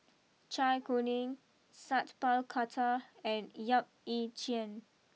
Zai Kuning Sat Pal Khattar and Yap Ee Chian